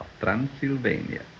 Transylvania